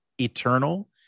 eternal